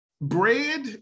Bread